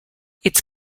its